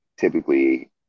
typically